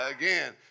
Again